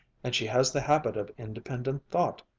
and she has the habit of independent thought.